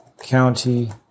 County